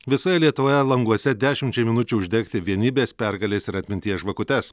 visoje lietuvoje languose dešimčiai minučių uždegti vienybės pergalės ir atminties žvakutes